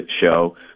show